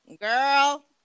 Girl